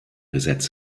gesetz